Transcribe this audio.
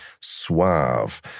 suave